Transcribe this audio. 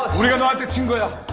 we're going like to will